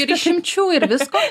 ir išimčių ir viską